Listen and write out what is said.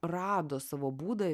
rado savo būdą